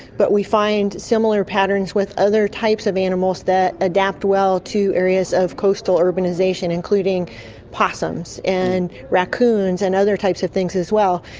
but we find similar patterns with other types of animals that adapt well to areas of coastal urbanisation, including possums and racoons and other types of things as well.